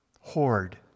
Hoard